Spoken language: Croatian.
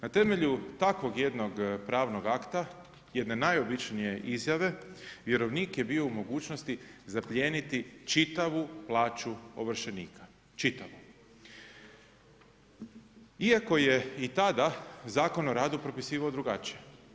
Na temelju takvog jednog pravnog akta, jedne najobičnije izjave vjerovnik je bio u mogućnosti zaplijeniti čitavu plaću ovršenika, čitavu, iako je i tada Zakon o radu propisivao drugačije.